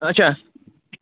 اَچھا